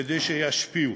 כדי שישפיעו,